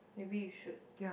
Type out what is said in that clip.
maybe you should